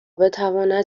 بتواند